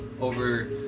over